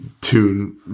tune